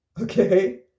okay